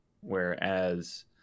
Whereas